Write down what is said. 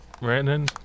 Brandon